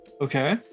Okay